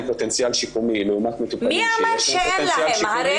פוטנציאל שיקומי לעומת מטופלים שיש להם פוטנציאל שיקומי,